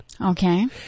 Okay